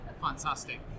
fantastic